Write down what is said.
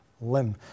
limb